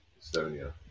Estonia